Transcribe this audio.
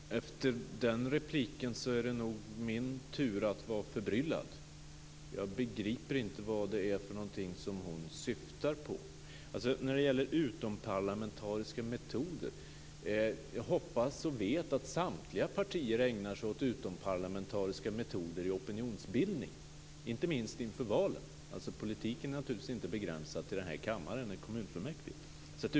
Fru talman! Efter den repliken är det nog min tur att vara förbryllad. Jag begriper inte vad Carina Hägg syftar på. Jag vet att samtliga partier ägnar sig åt utomparlamentariska metoder i opinionsbildning, inte minst inför valen. Politiken är naturligtvis inte begränsad till den här kammaren och till kommunfullmäktigeförsamlingarna.